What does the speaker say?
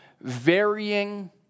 Varying